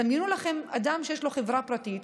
דמיינו לכם אדם שיש לו חברה פרטית.